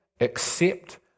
accept